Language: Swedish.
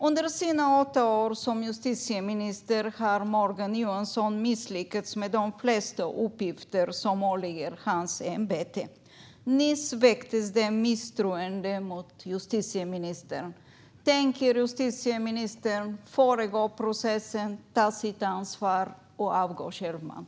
Under sina åtta år som justitieminister har Morgan Johansson misslyckats med de flesta uppgifter som åligger hans ämbete. Nyss väcktes det misstroende mot justitieministern. Tänker justitieministern föregripa processen, ta sitt ansvar och avgå självmant?